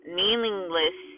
meaningless